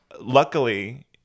luckily